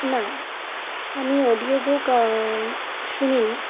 না আমি audio book শুনিনি